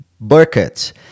Burkett